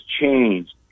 changed